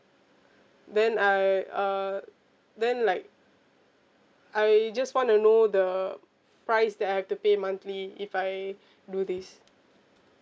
then I uh then like I just wanna know the price that I have to pay monthly if I do this